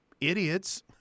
idiots